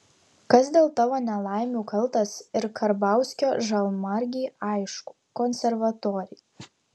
kas dėl tavo nelaimių kaltas ir karbauskio žalmargei aišku konservatoriai